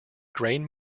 grain